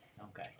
okay